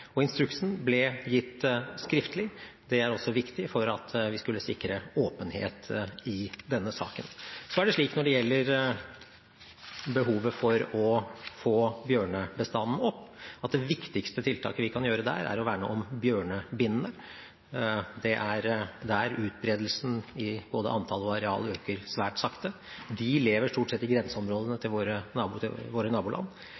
Instruksen ble gitt skriftlig. Det var også viktig for at vi skulle sikre åpenhet i denne saken. Når det gjelder behovet for å få bjørnebestanden opp, er det slik at det viktigste tiltaket vi kan gjøre der, er å verne om bjørnebinnene. Det er der utbredelsen i både antall og areal øker svært sakte. De lever stort sett i grenseområdene til våre naboland,